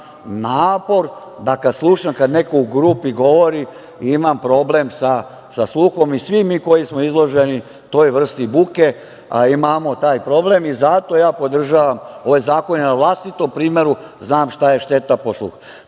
napor da kada slušam kada neko u grupi govori, imam problem sa sluhom. Svi mi koji smo izloženi toj vrsti buke imamo taj problem i zato podržavam ove zakone. Na vlastitom primeru znam šta je šteta po sluh. Poruka